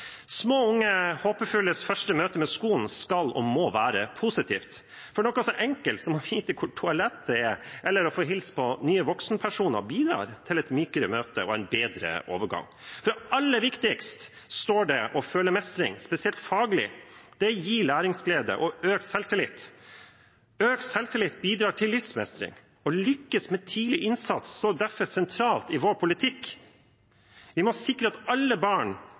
Små og unge håpefulles første møte med skolen skal og må være positivt. Noe så enkelt som å vite hvor toalettet er eller å få hilse på nye voksenpersoner bidrar til et mykere møte og en bedre overgang. Aller viktigst er det å føle mestring, spesielt faglig. Det gir læringsglede og økt selvtillit, og økt selvtillit bidrar til livsmestring. Å lykkes med tidlig innsats står derfor sentralt i vår politikk. Vi må sikre at alle barn